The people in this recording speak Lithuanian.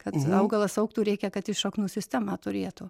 kad augalas augtų reikia kad jis šaknų sistema turėtų